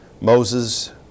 Moses